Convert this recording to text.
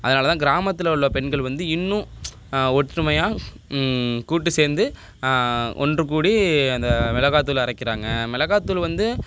அதனால தான் கிராமத்தில் உள்ள பெண்கள் வந்து இன்னும் ஒற்றுமையாக கூட்டு சேர்ந்து ஒன்று கூடி அந்த மிளகா தூளை அரைக்கிறாங்க மிளகா தூள் வந்து